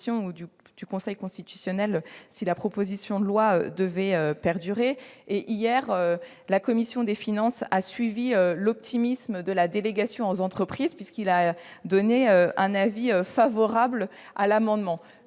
du Conseil constitutionnel si la proposition de loi devait prospérer. Hier, la commission des finances a fait sien l'optimisme de la délégation aux entreprises, puisqu'elle a émis un avis favorable sur cet amendement.